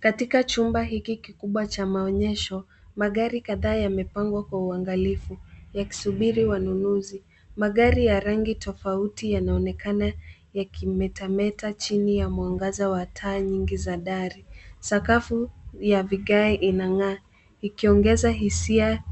Katika chumba hiki kikubwa cha maonyesho, magari kadhaa yamepangwa kwa uangalifu yakisubiri wanunuzi. Magari ya rangi tofauti yanaonekana yakimetameta chini ya mwangaza wa taa nyingi za dari. Sakafu ya vigae inang'aa ikiongeza hisia